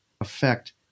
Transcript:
affect